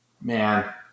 man